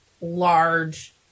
large